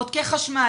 בודקי חשמל,